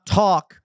talk